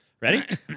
Ready